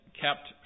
kept